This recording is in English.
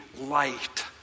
light